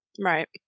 Right